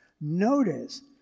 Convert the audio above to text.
Notice